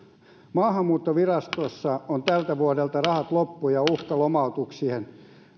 maahanmuuttovirastossa on tältä vuodelta rahat loppu ja uhka lomautuksista